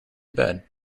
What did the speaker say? bed